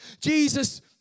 Jesus